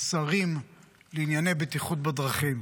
שרים לענייני בטיחות דרכים.